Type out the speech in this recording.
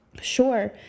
sure